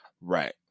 right